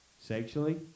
Sexually